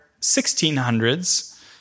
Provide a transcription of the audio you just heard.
1600s